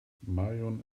marion